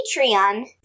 Patreon